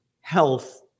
health